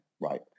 right